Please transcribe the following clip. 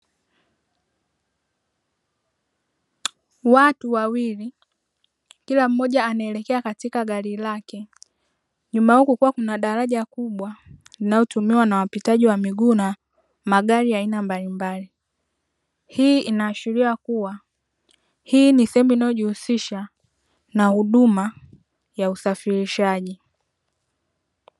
Watu wawili kila mmoja anaelekea katika gari lake, nyuma yao kukiwa na daraja kubwa linalotumiwa na wapitaji wa miguu na magari ya aina mbalimbali. Hii inaashiria kuwa hii ni sehemu inayojihusisha na huduma ya usafirishaji.